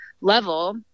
level